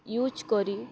use କରି